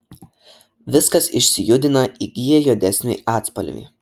viskas išsijudina įgyja juodesnį atspalvį